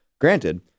granted